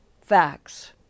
facts